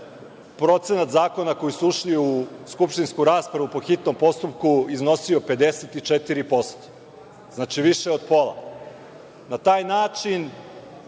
procenat zakona koji su ušli u skupštinsku raspravu po hitnom postupku iznosio 54%. Znači, više od pola. Na taj način,